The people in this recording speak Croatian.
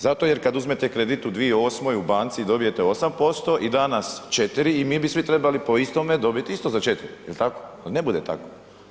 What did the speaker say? Zato jer kad uzmete kredit u 2008. u banci i dobijete 8% i danas 4 i mi bi svi trebali po istome dobit isto za 4, jel tako, a ne budete tako.